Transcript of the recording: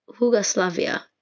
Yugoslavia